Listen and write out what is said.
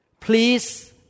please